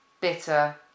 bitter